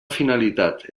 finalitat